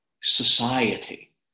society